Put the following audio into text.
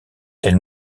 elle